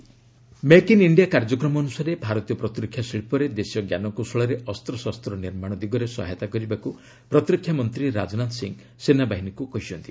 Rajnath Singh make in India କାର୍ଯ୍ୟକ୍ରମ ଅନୁସାରେ ଭାରତୀୟ ପ୍ରତିରକ୍ଷା ଶିଳ୍ପରେ ଦେଶୀୟ ଜ୍ଞାନକୌଶଳରେ ଅସ୍ତ୍ରଶସ୍ତ ନିର୍ମାଣ ଦିଗରେ ସହାୟତା କରିବାକୁ ପ୍ରତିରକ୍ଷାମନ୍ତ୍ରୀ ରାଜନାଥ ସିଂ ସେନାବାହିନୀକୁ କହିଛନ୍ତି